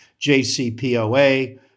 JCPOA